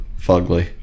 fugly